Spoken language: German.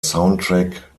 soundtrack